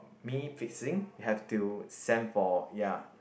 me fixing have to send for ya